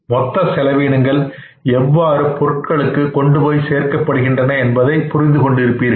மொத்தசெலவினங்கள் எவ்வாறு பொருட்களுக்கு கொண்டுபோய் சேர்க்கப்படுகின்றன என்பதை புரிந்து கொண்டிருப்பீர்கள்